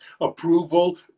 approval